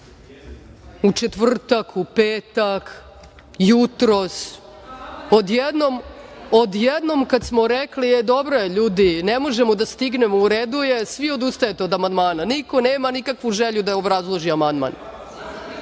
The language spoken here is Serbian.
u četvrtak, u petak, jutros. Odjednom, kad smo rekli - ej, dobro je, ljudi, ne možemo da stignemo, u redu je, svi odustajete od amandmana. Niko nema nikakvu želju da obrazloži